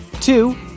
two